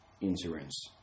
insurance